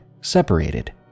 separated